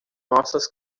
nossas